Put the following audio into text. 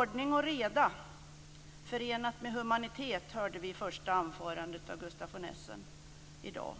Ordning och reda förenat med humanitet, hörde vi i det första anförandet i dag av Gustaf von Essen. Det var